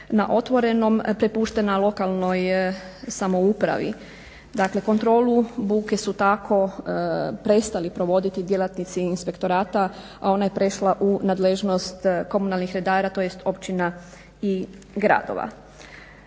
na otvorenom prepuštena lokalnoj samoupravi. Dakle kontrolu buke su tako prestali provoditi djelatnici inspektorata a ona je prešla u nadležnost komunalnih redara tj. općina i gradova.